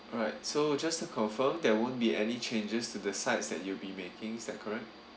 alright so just to confirm there won't be any changes to the sides that you'll be making is that correct